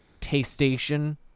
tastation